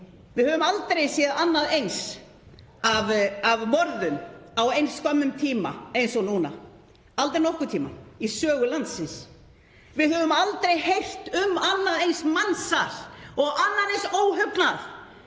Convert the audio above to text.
Við höfum aldrei séð annað eins af morðum á eins skömmum tíma og núna, aldrei nokkurn tíma í sögu landsins. Við höfum aldrei heyrt um annað eins mansal og annan eins óhugnað